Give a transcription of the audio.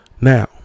now